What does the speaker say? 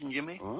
Jimmy